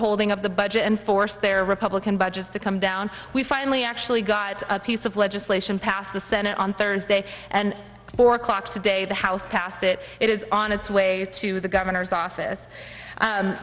holding up the budget and forced their republican budgets to come down we finally actually got a piece of legislation passed the senate on thursday and four o'clock today the house passed it it is on its way to the governor's office